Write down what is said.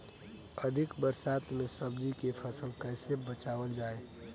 अधिक बरसात में सब्जी के फसल कैसे बचावल जाय?